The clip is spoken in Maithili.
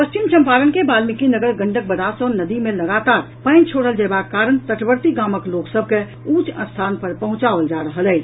पश्चिम चम्पारण के वाल्मीकिनगर गंडक बराज सँ नदी मे लगातार पानि छोड़ल जयबाक कारण तटवर्ती गामक लोक सभ के ऊंच स्थान पर पहुंचाओल जा रहल अछि